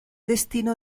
destino